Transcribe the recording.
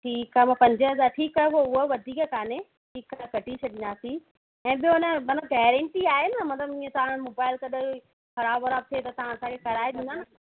ठीकु आहे मां पंज हज़ार ठीकु आहे पोइ उअ वधीक कोन्हे ठीकु आहे कढी छॾदासीं ऐं ॿियो अ न मतिलबु गैरेंटी आहे न मतिलब ईअं तव्हां मोबाइल कॾहिं ख़राब वराब थिए त तव्हां असांखे कराइ ॾींदा न